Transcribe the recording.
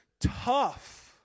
tough